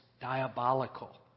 diabolical